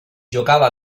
giocava